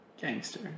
gangster